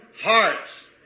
hearts